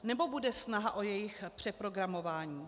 Nebo bude snaha o jejich přeprogramování?